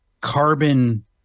carbon